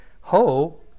Ho